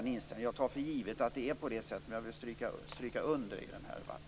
Jag tar för givet att det är på det sättet, men jag ville bara stryka under detta i den här debatten.